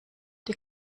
die